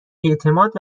اعتماد